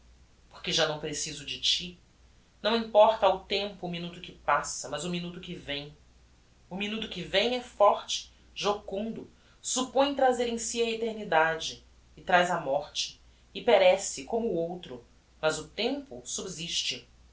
porque já não preciso de ti não importa ao tempo o minuto que passa mas o minuto que vem o minuto que vem é forte jocundo suppõe trazer em si a eternidade e traz a morte e perece como o outro mas o tempo subsiste